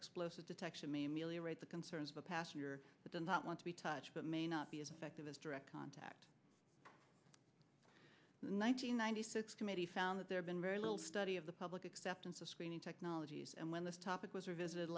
explosive detection may ameliorate the concerns of a passenger that does not want to be touched but may not be as effective as direct contact nine hundred ninety six committee found that there's been very little study of the public acceptance of screening technologies and when this topic was revisited